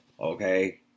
Okay